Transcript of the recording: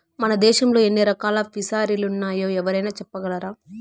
మన దేశంలో ఎన్ని రకాల ఫిసరీలున్నాయో ఎవరైనా చెప్పగలరా